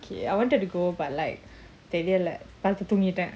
okay I wanted to go but like தெரியலபடுத்துதூங்கிட்டேன்:theriala paduthu thoongiten